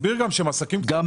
תסביר גם שאלה עסקים קטנים.